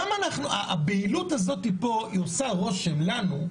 למה אנחנו הבהילות הזאת פה עושה רושם לנו,